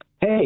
Hey